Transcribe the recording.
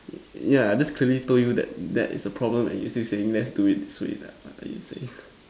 yeah I just clearly told you that that is a problem and you're still saying let's do it this way like uh you say